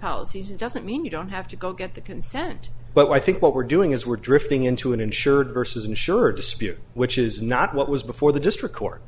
policy doesn't mean you don't have to go get the consent but i think what we're doing is we're drifting into an insured versus insurer dispute which is not what was before the district court